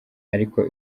ariko